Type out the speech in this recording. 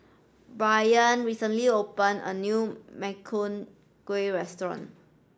Braylen recently opened a new Makchang Gui Restaurant